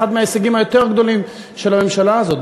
אחד מההישגים היותר-גדולים של הממשלה הזאת,